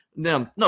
No